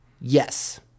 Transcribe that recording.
Yes